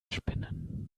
spinnen